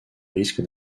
risques